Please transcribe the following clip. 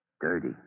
Dirty